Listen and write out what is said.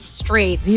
straight